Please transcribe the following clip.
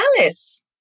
Alice